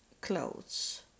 clothes